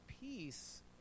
Peace